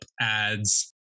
ads